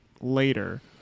later